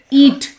eat